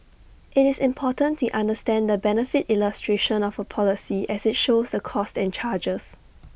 IT is important to understand the benefit illustration of A policy as IT shows the costs and charges